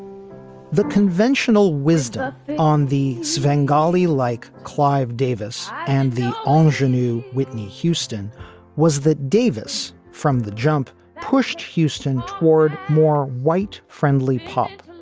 the conventional wisdom on the svengali like clive davis and the ocean to whitney houston was that davis from the jump pushed houston toward more white friendly pop,